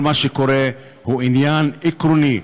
כל מה שקורה הוא עניין עקרוני,